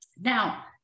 Now